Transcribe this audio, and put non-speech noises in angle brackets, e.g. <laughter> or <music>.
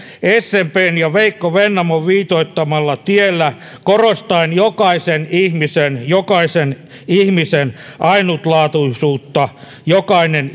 smpn ja veikko vennamon viitoittamalla tiellä korostaen jokaisen ihmisen jokaisen ihmisen ainutlaatuisuutta jokainen <unintelligible>